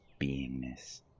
beingness